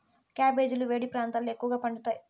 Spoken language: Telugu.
క్యాబెజీలు వేడి ప్రాంతాలలో ఎక్కువగా పండుతాయి